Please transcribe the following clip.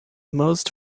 most